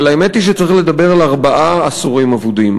אבל האמת היא שצריך לדבר על ארבעה עשורים אבודים,